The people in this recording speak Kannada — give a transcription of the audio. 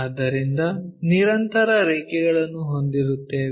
ಆದ್ದರಿಂದ ನಿರಂತರ ರೇಖೆಗಳನ್ನು ಹೊಂದಿರುತ್ತೇವೆ